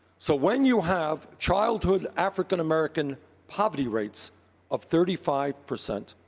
so when you have childhood african-american poverty rates of thirty five percent,